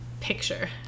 picture